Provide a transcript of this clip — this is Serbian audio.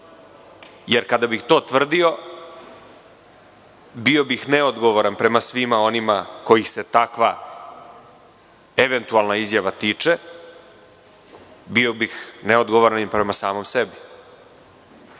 jer kada bih to tvrdio, bio bih neodgovoran prema svima onima kojih se takva eventualna izjava tiče, bio bih neodgovoran i prema samom sebi.